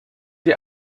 die